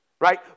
right